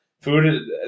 food